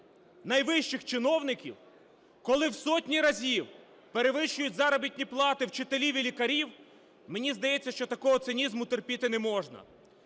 найвищих чиновників, коли в сотні разів перевищують заробітні плати вчителів і лікарів. Мені здається, що такого цинізму терпіти не можна.